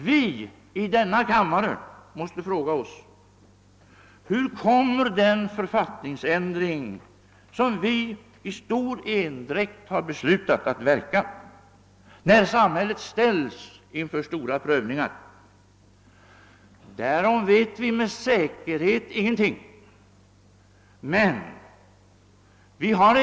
Vi i denna kammare måste fråga oss: Hur kommer den författningsändring, som vi i stor endräkt har beslutat, att verka när samhället ställs inför stora prövningar? Därom vet vi ingenting med säkerhet.